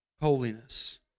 holiness